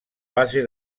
base